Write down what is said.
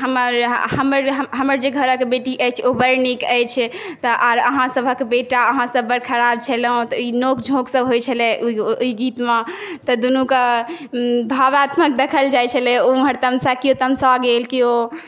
हमर जे घरक बेटी अछि ओ बड़ नीक अछि आओर अहाँ सभक बेटा आओर अहाँ सभ बड़ खराब छलहुँ तऽ ई नोक झोक सभ होइ छलै ओहि गीत मे तऽ दुनु कऽ भावात्मक देखल जाए छलै ओ उम्हर तमसा गेल केओ